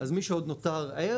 אז מי שעוד נותר ער,